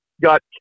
got